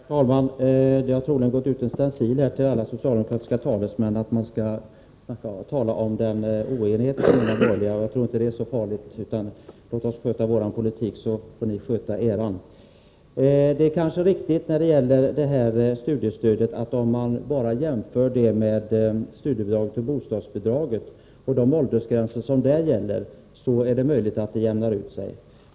Herr talman! Det har troligen gått ut en stencil till alla socialdemokratiska talesmän om att de skall tala om den borgerliga oenigheten. Jag tror inte den är så farlig. Låt oss sköta vår politik, så får ni sköta er. Om man bara jämför studiestödet med studiebidraget och bostadsbidraget och de åldersgränser som där gäller, är det möjligt att det jämnar ut sig.